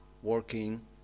working